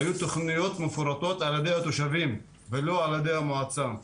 היו תוכניות מפורטות על ידי התושבים ולא על ידי המועצה.